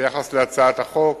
ביחס להצעת החוק